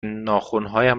ناخنهایم